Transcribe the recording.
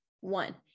one